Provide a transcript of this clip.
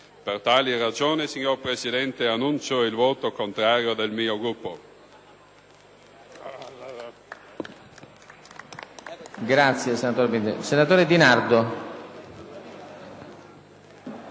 Per tali ragioni, signor Presidente, annuncio il voto contrario del mio Gruppo.